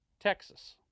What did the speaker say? Texas